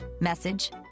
message